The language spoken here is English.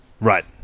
Right